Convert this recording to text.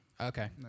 Okay